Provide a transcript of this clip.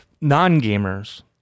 non-gamers